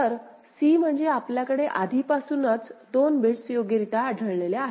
तर c म्हणजे आपल्याकडे आधीपासूनच 2 बिट्स योग्यरित्या आढळले आहेत